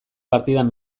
partidan